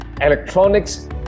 electronics